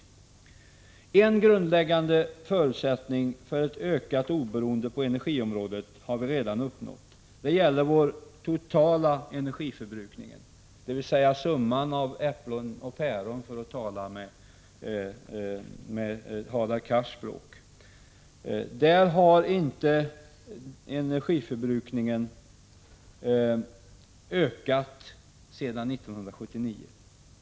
En grundläggande förutsättning för ett ökat oberoende på energiområdet har vi redan uppnått. Det gäller vår totala energiförbrukning, dvs. summan av äpplen och päron, för att tala med Hadar Cars språk. Den totala energiförbrukningen har inte ökat sedan 1979.